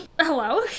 Hello